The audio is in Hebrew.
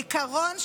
העיקרון שאומר: